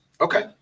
Okay